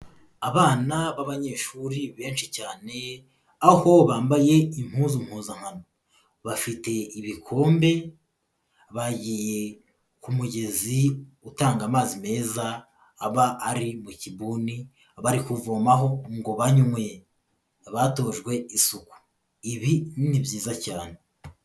Abana b'abanyeshuri benshi cyane, aho bambaye impuzu mpuzankano, bafite ibikombe, bagiye ku mugezi utanga amazi meza aba ari mu kibuni bari kuvomaho ngo banywe, batojwe isuku, ibi ni byiza cyane.